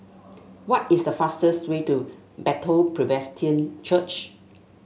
what is the fastest way to Bethel Presbyterian Church